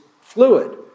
fluid